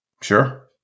Sure